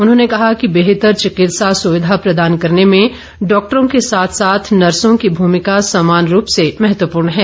उन्होंने कहा कि बेहतर चिकित्सा सुविधा प्रदान करने में डॉक्टरों के साथ साथ नर्सों की भूमिका समान रूप से महत्वपूर्ण है